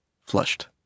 flushed